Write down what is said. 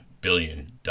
billion